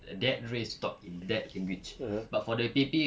that race to talk in that language but for the P_A_P